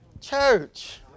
Church